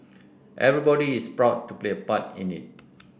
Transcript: everybody is proud to play a part in it